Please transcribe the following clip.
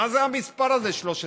מה זה המספר הזה, 13%?